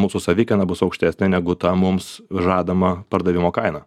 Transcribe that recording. mūsų savikaina bus aukštesnė negu ta mums žadama pardavimo kaina